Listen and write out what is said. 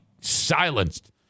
silenced